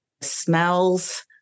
smells